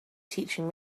teaching